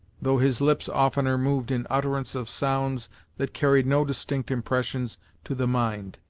though his lips oftener moved in utterance of sounds that carried no distinct impressions to the mind.